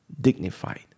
dignified